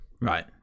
Right